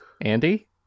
andy